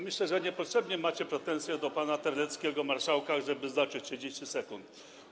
Myślę, że niepotrzebnie macie pretensje do pana Terleckiego, marszałka, jeżeli chodzi o te 30 sekund.